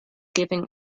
giving